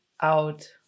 out